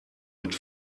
mit